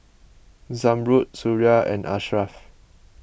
Zamrud Suria and Ashraff